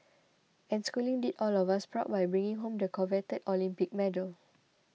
and schooling did all of us proud by bringing home the coveted Olympic medal